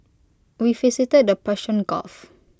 we visited the Persian gulf